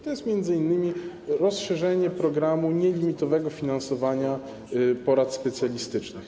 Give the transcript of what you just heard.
To jest m.in. rozszerzenie programu nielimitowanego finansowania porad specjalistycznych.